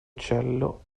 uccello